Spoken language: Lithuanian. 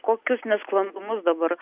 kokius nesklandumus dabar